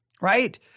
right